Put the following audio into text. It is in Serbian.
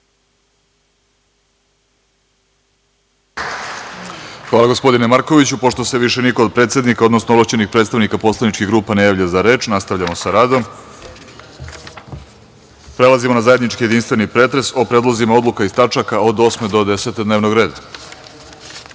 Hvala gospodine Markoviću. Pošto se više niko od predsednika, odnosno ovlašćenih predstavnika poslaničkih grupa ne javlja za reč, nastavljamo sa radom. Prelazimo na zajednički jedinstveni pretres od predlozima odluka iz tačaka od 8. do 10. dnevnog